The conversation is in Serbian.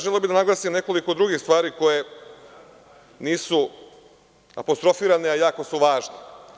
Želeo bih da naglasim nekoliko drugih stvari koje nisu apostrofirane, a jako su važne.